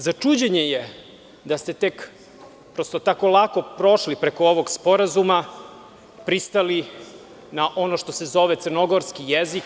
Za čuđenje je da ste prosto tako lako prošli preko ovog sporazuma, pristali na ono što se zove crnogorski jezik.